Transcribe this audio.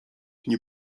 nie